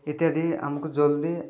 ଇତ୍ୟାଦି ଆମକୁ ଜଲ୍ଦି